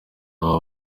baba